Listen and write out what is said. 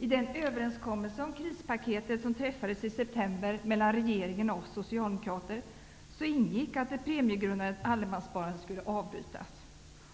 I den överenskommelse om krispaketet som träffades i september mellan regeringen och oss socialdemokrater ingick att det premiegrundande allemanssparandet skulle avbrytas.